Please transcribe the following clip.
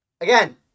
again